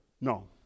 No